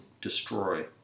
destroy